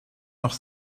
noch